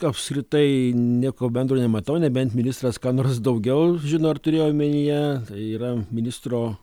apskritai nieko bendro nematau nebent ministras ką nors daugiau žino ar turėjo omenyje tai yra ministro